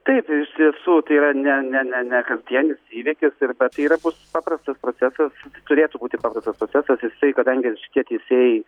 taip ištiesų tai yra ne ne ne ne kasdienis įvykis ir bet tai yra bus paprastas procesas turėtų būti paprastas procesas jisai kadangi šitie teisėjai